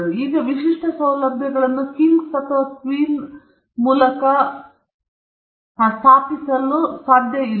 ಈಗ ವಿಶಿಷ್ಟ ಸೌಲಭ್ಯಗಳನ್ನು ಕಿಂಗ್ಸ್ ಅಥವಾ ಕ್ವೀನ್ ಮೂಲಕ ಕರಕುಶಲ ಅತ್ಯಂತ ಪ್ರತಿಭಾವಂತ ಕುಶಲಕರ್ಮಿ ಕಾಂಟಿನೆಂಟಲ್ ಯೂರೋಪ್ನಿಂದ ಬರಲು ಮತ್ತು ಇಲ್ಲಿ ತಮ್ಮ ವ್ಯವಹಾರಗಳನ್ನು ಸ್ಥಾಪಿಸಲು ಅನುಮತಿಸಲಾಗಿದೆ